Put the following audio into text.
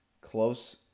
close